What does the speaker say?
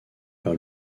par